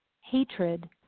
hatred